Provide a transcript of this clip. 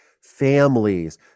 families